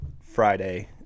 Friday